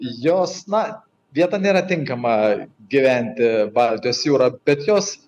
jos na vieta nėra tinkama gyventi baltijos jūroj bet jos